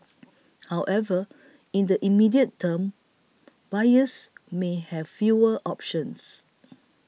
however in the immediate term buyers may have fewer options